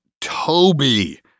Toby